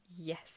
Yes